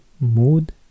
Mood